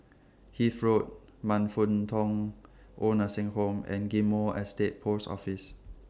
Hythe Road Man Fut Tong Old Nursing Home and Ghim Moh Estate Post Office